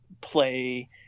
play